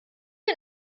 wir